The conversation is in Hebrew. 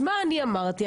מה אמרתי?